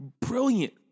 brilliant